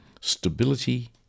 stability